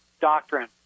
doctrine